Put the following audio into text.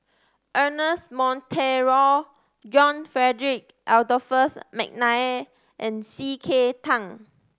Ernest Monteiro John Frederick Adolphus McNair and C K Tang